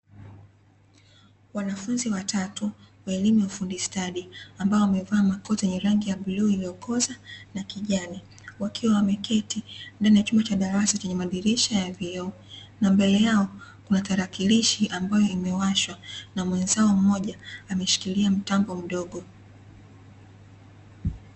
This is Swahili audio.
Wanafunzi watatu wa elimu ya ufundi ustadi, ambao wamevaa makoti yenye rangi ya bluu iliyokoza na kijani, wakiwa wamekiti ndani ya chumba cha darasa chenye madirisha ya vioo, na mbele yao kuna tarakirishi ambayo imewashwa, na mwenzao mmoja ameshikilia mtambo mdogo.